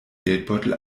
geldbeutel